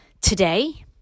Today